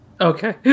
Okay